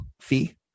fee